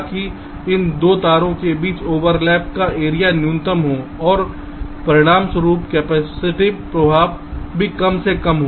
ताकि इन 2 तारों के बीच ओवरलैप का एरिया न्यूनतम हो और परिणामस्वरूप कैपेसिटिव प्रभाव भी कम से कम हो